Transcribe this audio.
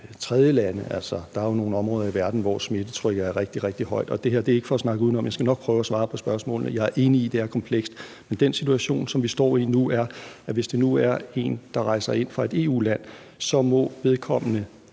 tredjelande. Der er jo nogle områder i verden, hvor smittetrykket er rigtig, rigtig højt – og det her er ikke for at snakke udenom; jeg skal nok prøve at svare på spørgsmålene. Jeg er enig i, at det her er komplekst. Men den situation, som vi står i nu, er, at hvis det nu er en dansker, der er bosat i udlandet,